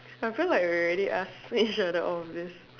I feel like we already asked each other all of this